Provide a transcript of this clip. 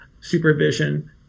supervision